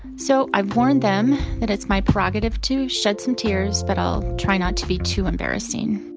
so i've warned them that it's my prerogative to shed some tears, but i'll try not to be too embarrassing